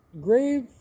grave